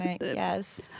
Yes